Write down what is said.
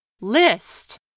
List